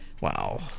Wow